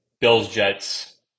Bills-Jets